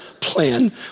plan